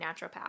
naturopath